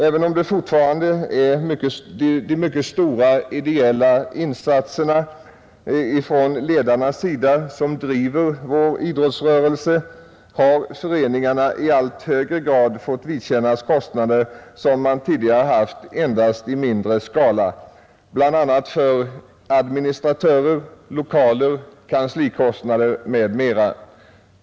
Även om det fortfarande är de mycket stora ideella insatserna från ledarnas sida som driver fram idrottsrörelsen har föreningarna fått vidkännas mycket högre kostnader än tidigare bl.a. för administratörer, lokaler och kanslier.